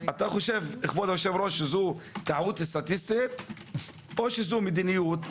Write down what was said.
אתה חושב כבוד היושב-ראש שזו טעות סטטיסטית או מדיניות?